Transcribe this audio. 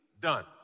done